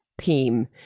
theme